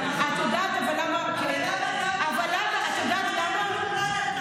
אבל את יודעת למה הוא?